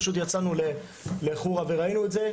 פשוט יצאנו לחורה וראינו את זה.